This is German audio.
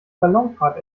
ballonfahrt